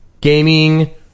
gaming